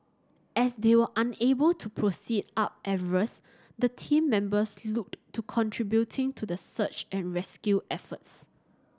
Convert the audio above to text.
as they were unable to proceed up Everest the team members looked to contributing to the search and rescue efforts